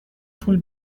پول